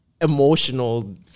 Emotional